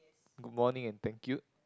good morning and thank you